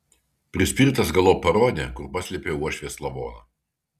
prispirtas galop parodė kur paslėpė uošvės lavoną